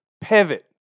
pivot